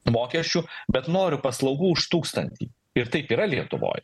mokesčių bet noriu paslaugų už tūkstantį ir taip yra lietuvoj